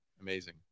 Amazing